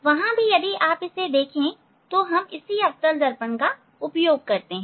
वहां भी यदि आप इसे देखें हम अवतल दर्पण का उपयोग करते हैं